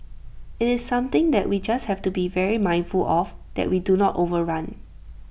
IT is something that we just have to be very mindful of that we do not overrun